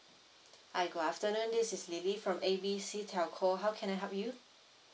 hi good afternoon this is lily from A B C telco how can I help you